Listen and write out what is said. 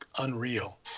unreal